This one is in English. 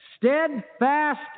steadfast